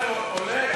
על המחווה.